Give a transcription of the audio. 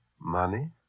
Money